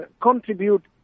contribute